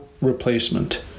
replacement